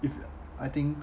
if I think